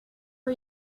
are